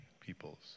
peoples